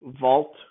vault